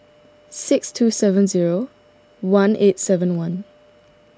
six two seven zero one eight seven one